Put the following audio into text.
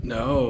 no